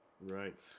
Right